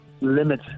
limit